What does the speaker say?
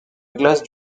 glace